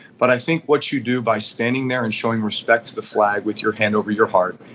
but i think what you do by standing there and showing respect to the flag with your hand over your heart,